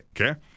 Okay